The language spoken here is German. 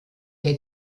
die